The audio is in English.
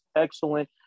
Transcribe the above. excellent